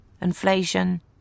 inflation